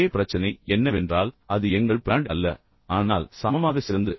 ஒரே பிரச்சனை என்னவென்றால் அது எங்கள் பிராண்ட் அல்ல ஆனால் பிராண்ட் சமமாக சிறந்தது